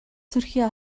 сүрхий